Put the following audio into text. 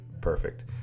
perfect